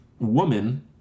woman